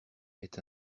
est